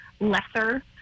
lesser